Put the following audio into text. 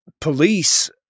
police